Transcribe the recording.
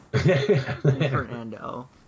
Fernando